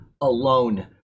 alone